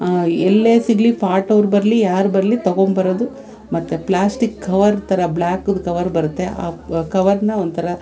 ಎಲ್ಲೇ ಸಿಗಲಿ ಪಾಟ್ ಅವ್ರು ಬರಲಿ ಯಾರು ಬರಲಿ ತೊಗೊಂಡ್ಬರೋದು ಮತ್ತು ಪ್ಲ್ಯಾಸ್ಟಿಕ್ ಕವರ್ ಥರ ಬ್ಲ್ಯಾಕದು ಕವರ್ ಬರುತ್ತೆ ಆ ಕವರ್ನ ಒಂಥರ